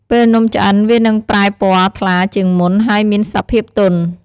ពេលនំឆ្អិន វានឹងប្រែពណ៌ថ្លាជាងមុន ហើយមានសភាពទន់។